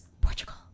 Portugal